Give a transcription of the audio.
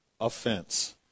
offense